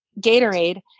Gatorade